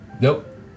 Nope